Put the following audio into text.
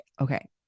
Okay